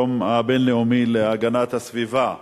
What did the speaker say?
היום הבין-לאומי להגנת הסביבה,